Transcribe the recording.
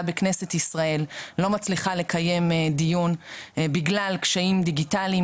בכנסת ישראל לא מצליחה לקיים דיון בגלל קשיים דיגיטליים,